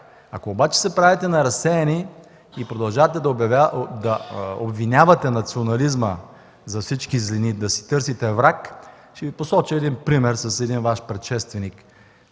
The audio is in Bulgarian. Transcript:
Ако обаче се правите на разсеяни и продължавате да обвинявате национализма за всички злини и да си търсите враг, ще Ви посоча пример с Ваш предшественик